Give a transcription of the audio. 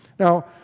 Now